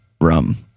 rum